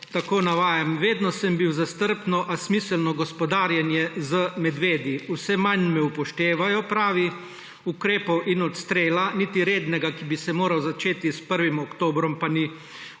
takole, navajam: »Vedno sem bil za strpno, a smiselno gospodarjenje z medvedi. Vse manj me upoštevajo,« pravi, »ukrepov in odstrela, niti rednega, ki bi se moral začeti s 1. oktobrom, pa ni.